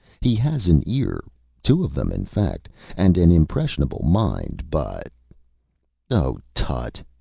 he has an ear two of them, in fact and an impressionable mind, but oh, tutt!